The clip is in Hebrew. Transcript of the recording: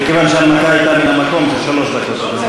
מכיוון שההנמקה הייתה מהמקום זה שלוש דקות.